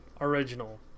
Original